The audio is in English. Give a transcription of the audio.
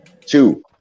Two